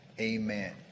amen